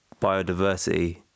biodiversity